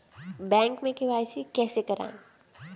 Bank में KYC कैसे करायें?